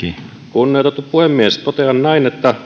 kunnioitettu puhemies totean näin että